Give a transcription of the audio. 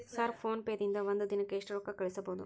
Sir PhonePe ದಿಂದ ಒಂದು ದಿನಕ್ಕೆ ಎಷ್ಟು ರೊಕ್ಕಾ ಕಳಿಸಬಹುದು?